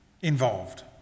involved